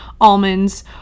almonds